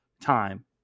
time